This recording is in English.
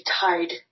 tied